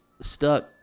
stuck